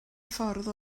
ffordd